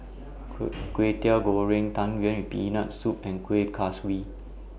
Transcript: Kwetiau Goreng Tang Yuen with Peanut Soup and Kuih Kaswi